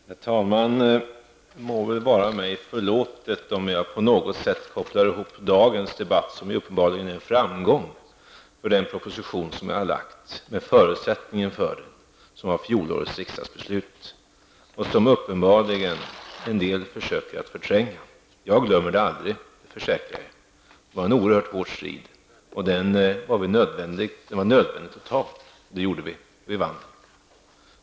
Herr talman! Det må väl vara mig förlåtet om jag på något sätt kopplar ihop dagens debatt, som tydligen är en framgång med tanke på den proposition som jag har lagt fram, med det som var en förutsättning för fjolårets riksdagsbeslut och som en del uppenbarligen försöker att förtränga. Men jag glömmer det aldrig -- det försäkrar jag. Det var en oerhört hård strid, och det var nödvändigt att ta den. Det gjorde vi också, och vi vann.